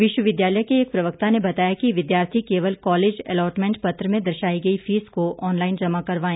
विश्वविद्यालय के एक प्रवक्ता ने बताया कि विद्यार्थी केवल कॉलेज अलॉटमेंट पत्र में दर्शाई गई फीस को ऑनलाईन जमा करवाएं